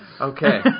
Okay